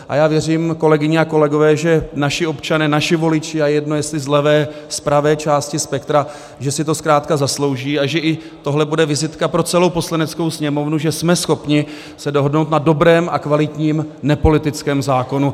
A já věřím, kolegyně a kolegové, že naši občané, naši voliči, a je jedno, jestli z levé, z pravé části spektra, si to zkrátka zaslouží a že i tohle bude vizitka pro celou Poslaneckou sněmovnu, že jsme schopni se dohodnout na dobrém a kvalitním nepolitickém zákonu.